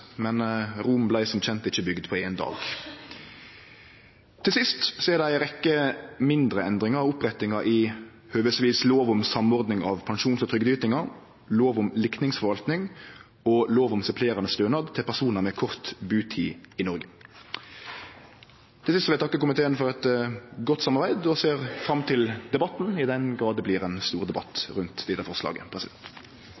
men Rom vart som kjent ikkje bygd på ein dag. Til sist er det ei rekkje mindre endringar og opprettingar i høvesvis lov om samordning av pensjons- og trygdeytingar, lov om likningsforvalting og lov om supplerande stønad til personar med kort butid i Noreg. Til sist vil eg takke komiteen for eit godt samarbeid og ser fram til debatten – i den grad det blir ein stor